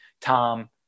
Tom